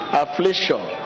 affliction